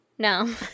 No